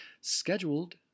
scheduled